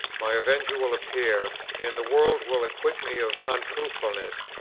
my avenger will appear, and the world will acquit me of untruthfulness,